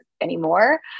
anymore